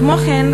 כמו כן,